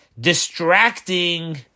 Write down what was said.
distracting